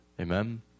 Amen